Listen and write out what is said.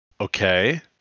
okay